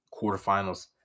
quarterfinals